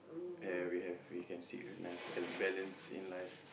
and we have we can seek a nice balance in life